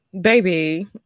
Baby